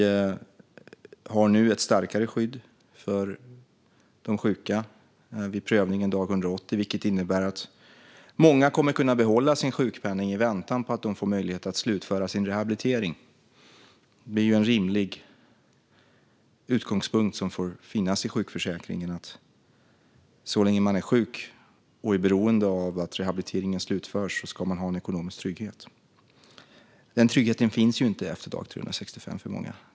Vi har nu ett starkare skydd för de sjuka vid prövningen dag 180, vilket innebär att många kommer att kunna behålla sin sjukpenning i väntan på att de får möjlighet att slutföra sin rehabilitering. Så länge man är sjuk och är beroende av att rehabiliteringen slutförs ska man ha en ekonomisk trygghet. Det är en rimlig utgångspunkt i sjukförsäkringen. Men den tryggheten finns inte efter dag 365 för många.